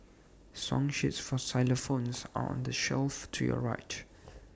song sheets for xylophones are on the shelf to your right